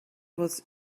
was